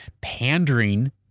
pandering